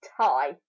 tie